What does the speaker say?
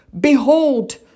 behold